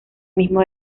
mismo